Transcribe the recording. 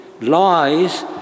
Lies